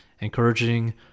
encouraging